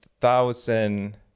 thousand